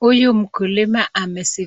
Huyu mkulima